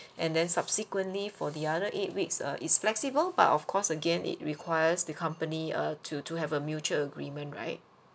and then subsequently for the other eight weeks uh it's flexible but of course again it requires the company err to to have a mutual agreement right